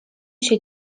się